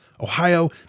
Ohio